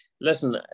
listen